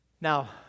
Now